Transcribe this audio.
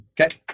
Okay